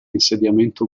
insediamento